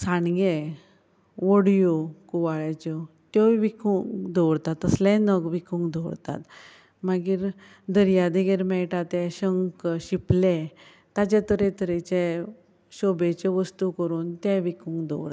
सांडगे वडयो कुवाळ्याच्यो त्योय विकूंक दवरतात तसलेय नग विकूंक दवरतात मागीर दर्या देगेर मेळटात ते शंख शिंपले ताचे तरे तरेचे शोभेच्यो वस्तू करून ते विकूंक दवरतात